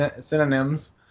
synonyms